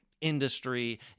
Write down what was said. industry